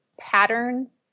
patterns